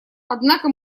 однако